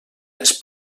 les